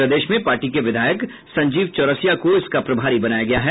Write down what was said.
प्रदेश में पार्टी के विधायक संजीव चौरसिया को प्रभारी बनाया गया है